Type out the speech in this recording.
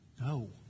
No